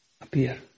appear